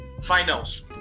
finals